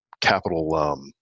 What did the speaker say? capital